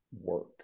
work